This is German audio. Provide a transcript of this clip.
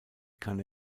kann